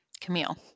camille